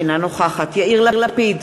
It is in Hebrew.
אינה נוכחת יאיר לפיד,